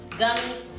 gummies